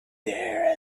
there